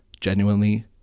genuinely